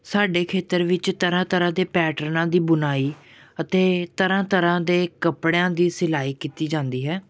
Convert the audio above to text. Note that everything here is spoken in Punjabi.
ਸਾਡੇ ਖੇਤਰ ਵਿੱਚ ਤਰ੍ਹਾਂ ਤਰ੍ਹਾਂ ਦੇ ਪੈਟਰਨਾਂ ਦੀ ਬੁਣਾਈ ਅਤੇ ਤਰ੍ਹਾਂ ਤਰ੍ਹਾਂ ਦੇ ਕੱਪੜਿਆਂ ਦੀ ਸਿਲਾਈ ਕੀਤੀ ਜਾਂਦੀ ਹੈ